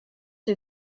die